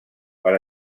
per